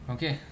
Okay